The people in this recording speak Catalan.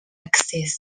excés